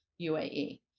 UAE